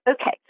Okay